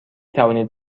توانید